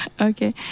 Okay